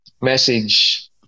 message